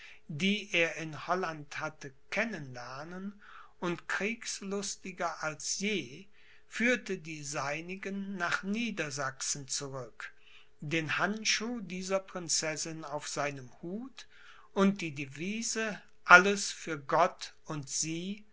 die er in holland hatte kennen lernen und kriegslustiger als je führte die seinigen nach niedersachsen zurück den handschuh dieser prinzessin auf seinem hut und die devise alles für gott und sie